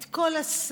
את כל הסל,